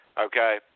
Okay